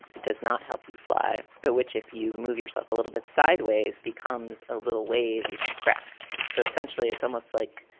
does not help you fly, but which if you move yourself a little bit sideways, becomes a little wave. you can crest. so essentially it's almost like,